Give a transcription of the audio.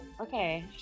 okay